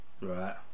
Right